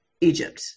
Egypt